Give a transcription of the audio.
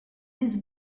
his